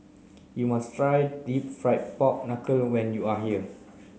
you must try deep fried pork knuckle when you are here